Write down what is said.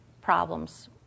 problems